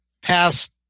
past